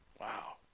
Wow